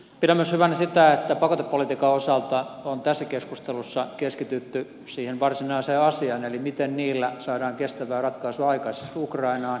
pidän myös hyvänä sitä että pakotepolitiikan osalta on tässä keskustelussa keskitytty siihen varsinaiseen asiaan eli miten sillä saadaan kestävää ratkaisua aikaiseksi ukrainaan